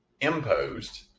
imposed